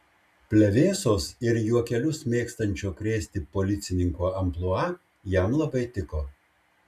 plevėsos ir juokelius mėgstančio krėsti policininko amplua jam labai tiko